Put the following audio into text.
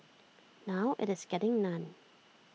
now IT is getting none